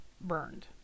burned